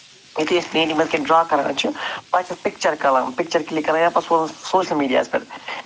یِتھُے أسۍ پینٹِنٛگ منٛز کیٚنٛہہ ڈرا کَران چھِ پَتہٕ چھِ پِکچر کَران پَتہٕ چھِ پِکچر کِلِک کَران یا پَتہٕ سوزان سوشَل میٖڈیاہَس پٮ۪ٹھ